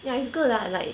yeah it's good lah like